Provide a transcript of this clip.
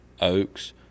oaks